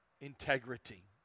Integrity